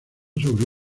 sobre